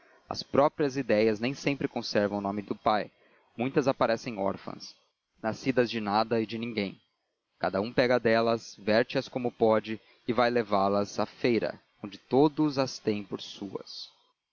as próprias ideias nem sempre conservam o nome do pai muitas aparecem órfãs nascidas de nada e de ninguém cada um pega delas verte as como pode e vai levá las à feira onde todos as têm por suas